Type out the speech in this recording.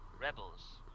rebels